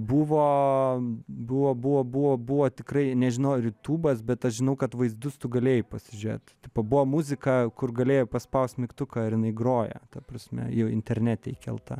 buvo buvo buvo buvo buvo tikrai nežinau ar jutubas bet aš žinau kad vaizdus tu galėjai pasižiūrėt pabuvo muzika kur galėjai paspaust mygtuką ir jinai groja ta prasme jau internete įkelta